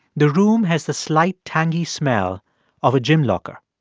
the room has the slight tangy smell of a gym locker.